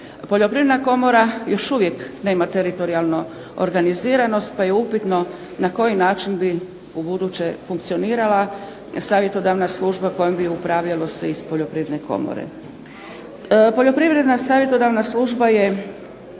Poljoprivredna komora još uvijek nema teritorijalnu organiziranost, pa je upitno na koji način bi ubuduće funkcionirala savjetodavna služba, kojom bi upravljalo se iz poljoprivredne komore.